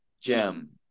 gem